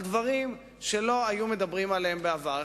על דברים שלא היו מדברים עליהם בעבר.